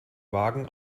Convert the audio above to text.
wagen